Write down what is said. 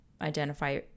identify